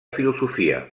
filosofia